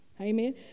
Amen